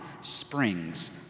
springs